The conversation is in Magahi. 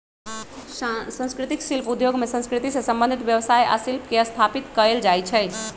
संस्कृतिक शिल्प उद्योग में संस्कृति से संबंधित व्यवसाय आ शिल्प के स्थापित कएल जाइ छइ